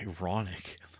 ironic